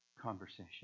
conversation